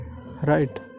right